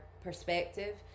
perspective